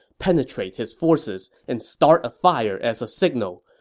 penetrate his forces and start a fire as a signal.